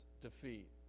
defeat